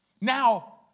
Now